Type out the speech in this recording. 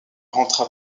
rentra